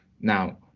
now